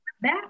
back